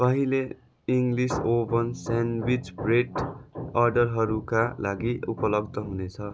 कहिले English oven sandwich bread अर्डरहरूका लागि उपलब्द हुनेछ